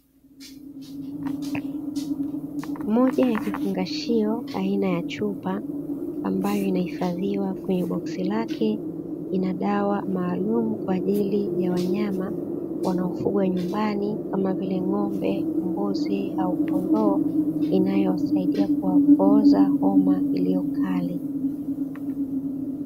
Moja ya kifungashio aina ya chupa, ambayo inahifadhiwa kwenye boksi lake, ina dawa maalumu kwa ajili ya wanyama, wanaofugwa nyumbani kama vile; Ng’ombe, Mbuzi au Kondoo, inaowasaidia kuwapooza homa iliyo kali.